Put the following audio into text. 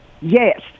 yes